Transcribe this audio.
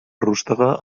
rústega